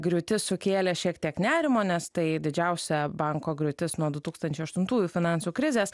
griūtis sukėlė šiek tiek nerimo nes tai didžiausia banko griūtis nuo du tūkstančiai aštuntųjų finansų krizės